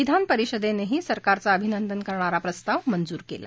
विधान परिषदेनं ही सरकारचं अभिनंदन करणारा प्रस्ताव मंजूर केला